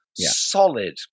solid